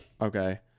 Okay